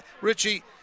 Richie